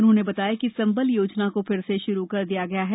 उन्होंने बताया कि संबल योजना को फिर से शुरू कर दिया गया है